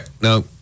no